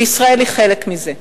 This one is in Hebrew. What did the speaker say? וישראל היא חלק מזה.